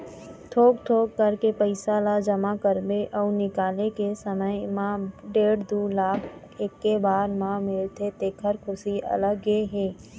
थोक थोक करके पइसा ल जमा करबे अउ निकाले के समे म डेढ़ दू लाख एके बार म मिलथे तेखर खुसी अलगे हे